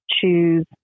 choose